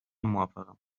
موافقم